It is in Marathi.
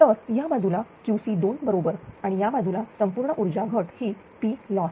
तर या बाजूला QC2बरोबर आणि या बाजूला संपूर्ण ऊर्जा घट ही PLoss